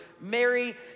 Mary